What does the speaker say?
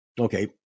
Okay